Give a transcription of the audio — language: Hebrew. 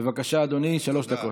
בבקשה, אדוני, שלוש דקות.